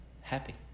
happy